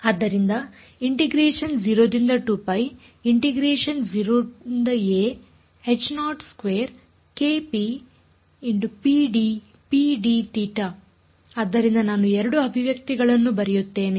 ಆದ್ದರಿಂದ ಆದ್ದರಿಂದ ನಾನು 2 ಅಭಿವ್ಯಕ್ತಿಗಳನ್ನು ಬರೆಯುತ್ತೇನೆ